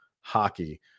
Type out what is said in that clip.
hockey